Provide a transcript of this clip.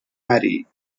mary